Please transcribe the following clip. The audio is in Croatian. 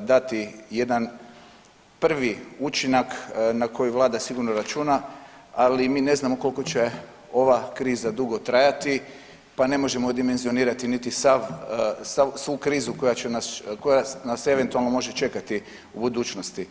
dati jedan prvi učinak na koji vlada sigurno računa, ali mi ne znamo koliko će ova kriza dugo trajati pa ne možemo dimenzionirati niti sav, svu krizu koja će nas, koja nas eventualno može čekati u budućnosti.